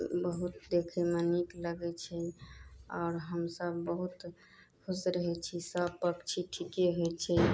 बहुत देखैमे नीक लगै छै आओर हमसब बहुत खुश रहै छी सब पक्षी ठीके होइ छै